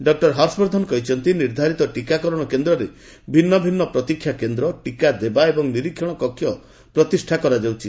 doctor Harshvardhan କହିଛନ୍ତି ନିର୍ଦ୍ଧାରିତ ଟୀକାକରଣ କେନ୍ଦ୍ରରେ ଭିନ୍ନ ଭିନ୍ନ ପ୍ରତୀକ୍ଷା କେନ୍ଦ୍ର ଟୀକା ଦେବା ଏବଂ ନିରୀକ୍ଷଣ କକ୍ଷ ପ୍ରତିଷ୍ଠା କରାଯାଉଛି